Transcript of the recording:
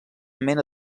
mena